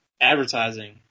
advertising